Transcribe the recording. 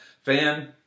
fan